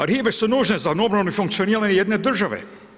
Arhive su nužne za obnovu i funkcioniranje jedne države.